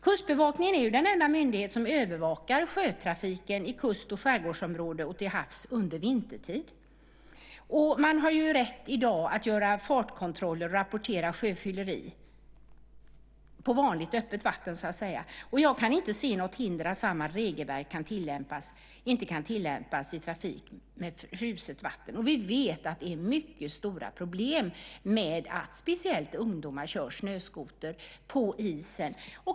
Kustbevakningen är ju den enda myndighet som övervakar sjötrafiken i kust och skärgårdsområdet och till havs under vintertid. Man har i dag rätt att göra fartkontroller och rapportera sjöfylleri på vanligt, öppet vatten. Jag kan inte se något hinder mot att samma regelverk kan tillämpas i fråga om trafik på fruset vatten. Vi vet att det är mycket stora problem med att speciellt ungdomar kör snöskoter på isen.